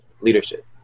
leadership